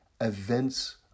events